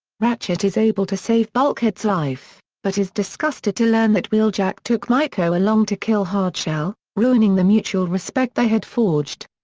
ratchet is able to save bulkhead's life, but is disgusted to learn that wheeljack took miko along to kill hardshell, ruining the mutual respect they had forged.